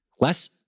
less